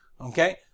Okay